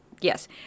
Yes